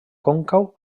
còncau